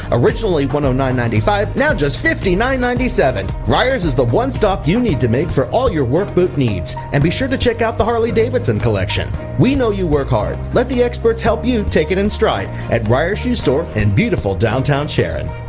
originally one zero nine ninety five. now just fifty nine ninety seven writers is the one stop. you need to make for all your work needs and be sure to check out the harley davidson collection. we know you work hard. let the experts help you take it in stride. at rider shoe store and beautiful downtown sharon.